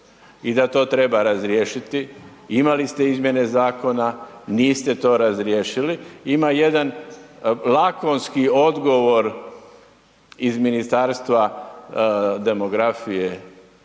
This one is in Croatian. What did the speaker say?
i da to treba razriješiti, imali ste izmjene zakona, niste to razriješili. Ima jedan lakonski odgovor iz Ministarstva demografije